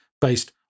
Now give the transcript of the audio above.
based